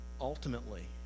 ultimately